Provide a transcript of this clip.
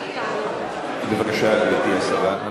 בבקשה, גברתי השרה.